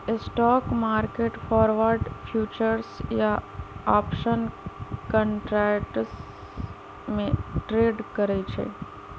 stock market forward, futures या option contracts में trade करई छई